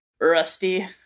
Rusty